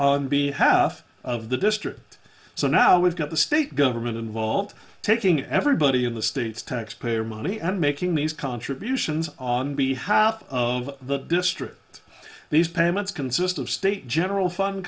tell be half of the district so now we've got the state government involved taking everybody in the states taxpayer money and making these contributions on b how of the district of these payments consist of state general fund